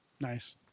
nice